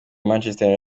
manchester